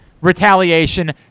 retaliation